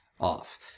off